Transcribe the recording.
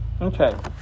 Okay